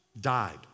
Died